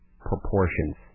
proportions